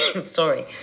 sorry